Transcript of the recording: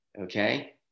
Okay